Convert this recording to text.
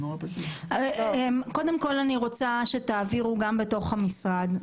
אני רוצה שתעבירו גם בתוך המשרד.